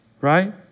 Right